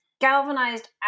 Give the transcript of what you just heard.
galvanized